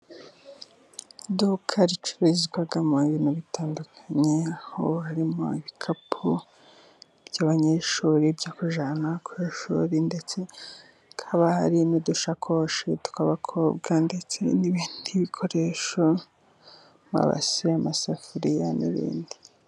Iduka ricururizwamo ibintu bitandukanye, aho harimo ibikapu by'abanyeshuri byo kujyana ku ishuri. Ndetse haba hari n'udusakoshi tw'abakobwa ndetse n'ibindi bikoresho mabase, amasafuriya n'ibindi.